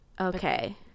Okay